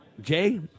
jay